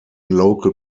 local